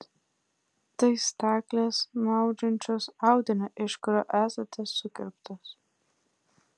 tai staklės nuaudžiančios audinį iš kurio esate sukirptos